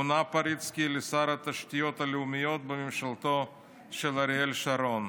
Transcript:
מונה פריצקי לשר התשתיות הלאומיות בממשלתו של אריאל שרון.